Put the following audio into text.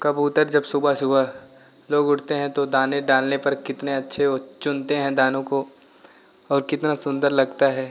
कबूतर जब सुबह सुबह लोग उठते हैं तो दाने डालने पर कितने अच्छे वह चुनते हैं दानों को और कितना सुन्दर लगता है